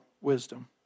wisdom